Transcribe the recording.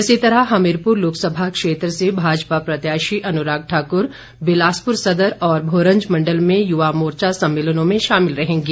इसी तरह हमीरपुर लोकसभा क्षेत्र से भाजपा प्रत्याशी अनुराग ठाकुर बिलासपुर सदर और भोरंज मंडल में युवा मोर्चा सम्मेलनों में शामिल रहेंगे